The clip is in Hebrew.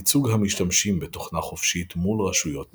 ייצוג המשתמשים בתוכנה חופשית מול רשויות ממשל,